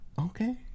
Okay